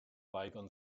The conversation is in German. weigern